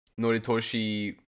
Noritoshi